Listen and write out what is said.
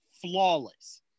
flawless